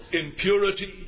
impurity